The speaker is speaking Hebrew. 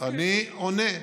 אני עונה.